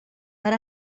per